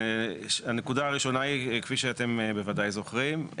הנקודה הראשונה היא, כפי שאתם בוודאי זוכרים,